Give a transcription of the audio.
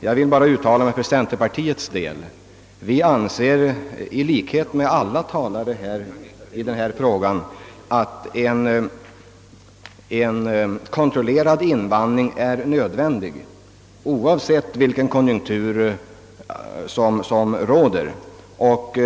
Jag vill bara uttala mig för centerpartiets del, och vi anser i likhet med alla som deltagit i denna debatt, att en kontrollerad invandring är nödvändig oavsett vilken konjunktur som råder.